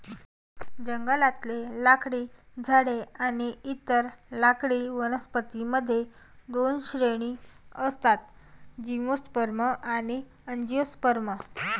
जंगलातले लाकडी झाडे आणि इतर लाकडी वनस्पतीं मध्ये दोन श्रेणी असतातः जिम्नोस्पर्म आणि अँजिओस्पर्म